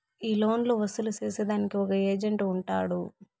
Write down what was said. ఈ లోన్లు వసూలు సేసేదానికి ఒక ఏజెంట్ ఉంటాడు